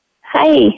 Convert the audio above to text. Hi